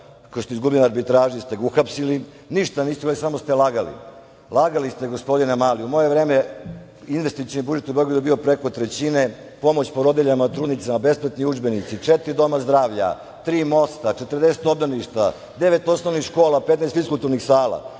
koje ste izgubili na arbitraži kad ste ga uhapsili? Ništa niste imali, samo ste lagali. Lagali ste, gospodine Mali.U moje vreme, investicioni budžet u Beogradu je bio preko trećine, pomoć porodiljama i trudnicama, besplatni udžbenici, četiri doma zdravlja, tri mosta, 40 obdaništa, devet osnovnih škola, 15 fiskulturnih sala.